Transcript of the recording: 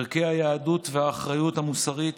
ערכי היהדות והאחריות המוסרית